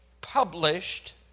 published